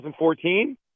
2014